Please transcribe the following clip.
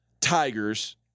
Tigers